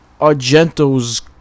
Argento's